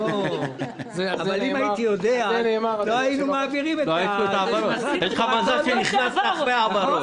אם הייתי יודע לא היינו מעבירים --- יש לך מזל שנכנסת אחרי ההעברות.